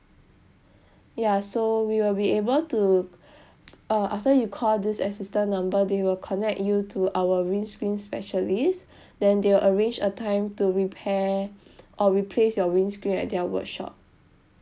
ya so we will be able to uh after you call this assistance number they will connect you to our windscreen specialist then they will arrange a time to repair or replace your windscreen at their workshop